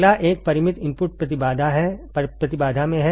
अगला एक परिमित इनपुट प्रतिबाधा में है